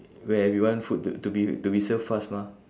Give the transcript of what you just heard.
where we want food to to be to be serve fast mah